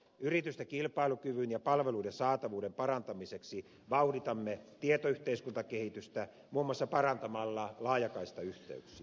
yritysten kilpailukyvyn ja palveluiden saatavuuden parantamiseksi vauhditamme tietoyhteiskuntakehitystä muun muassa parantamalla laajakaistayhteyksiä